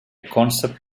concept